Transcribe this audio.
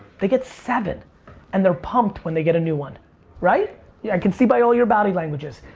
they get seven and they're pumped when they get a new one right? i can see by all your body languages.